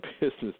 business